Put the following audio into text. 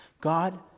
God